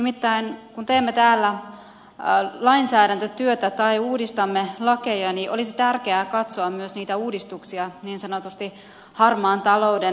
nimittäin kun teemme täällä lainsäädäntötyötä tai uudistamme lakeja olisi tärkeää katsoa myös niitä uudistuksia niin sanotusti harmaan talouden silmälasien läpi